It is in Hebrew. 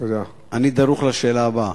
אני דרוך לשאלה הבאה.